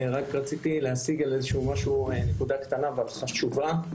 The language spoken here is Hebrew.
רק רציתי להשיג על משהו, נקודה קטנה אבל חשובה.